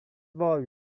volume